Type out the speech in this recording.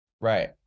Right